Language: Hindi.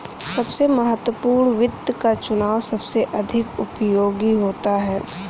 सबसे महत्वपूर्ण वित्त का चुनाव सबसे अधिक उपयोगी होता है